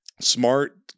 Smart